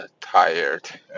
tired